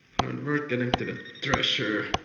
hard work getting to the treasure.